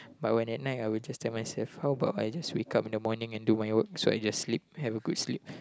but when at night I will just tell myself how about I just wake up in the morning and do my work so I just sleep have a good sleep